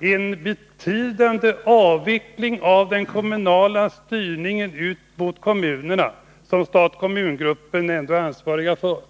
En betydande avveckling av den statliga styrningen av kommunerna är på gång, ett arbete som stat-kommun-gruppen är ansvarig för.